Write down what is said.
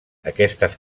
aquestes